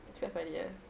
it's so funny ah